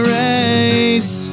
race